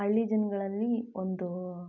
ಹಳ್ಳಿ ಜನಗಳಲ್ಲಿ ಒಂದು